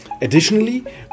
Additionally